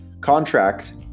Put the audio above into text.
Contract